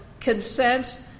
consent